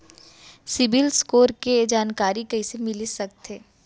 CIBIL score के जानकारी कइसे मिलिस सकथे?